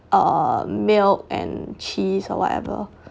uh milk and cheese or whatever